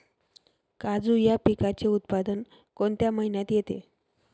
काजू या पिकाचे उत्पादन कोणत्या महिन्यात येते?